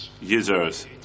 users